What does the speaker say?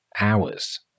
hours